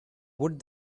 would